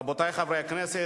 רבותי חברי הכנסת,